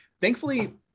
thankfully